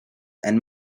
and